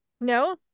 No